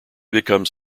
becomes